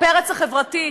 הפרץ החברתי,